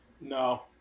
no